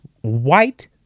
white